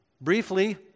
briefly